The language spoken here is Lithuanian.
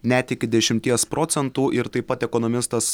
net iki dešimties procentų ir taip pat ekonomistas